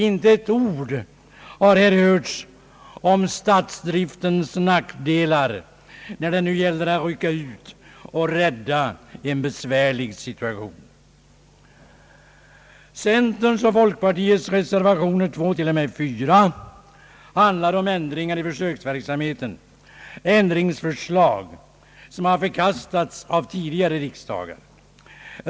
Inte ett ord har här hörts om statsdriftens nackdelar, när det nu gäller att rycka ut och rädda en besvärlig situation. Centerns och folkpartiets reservationer nr 2—4 handlar om ändringar i försöksverksamheten, ändringsförslag som har förkastats av tidigare riksdagar.